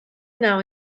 now